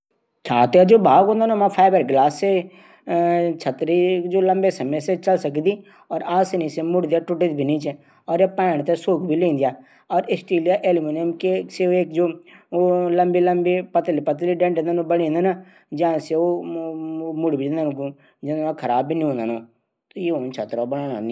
कार क जू मुख्य संघटक हूंदा engine transmission. Braking system steering बैटरीम। एकसल चेरिस बॉडी पैनल आदि हूंदन